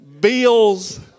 bills